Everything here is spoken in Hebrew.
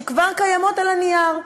שכבר קיימות על הנייר,